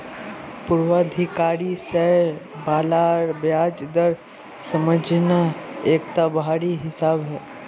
पूर्वाधिकारी शेयर बालार ब्याज दर समझना एकटा भारी हिसाब छै